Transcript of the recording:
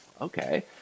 okay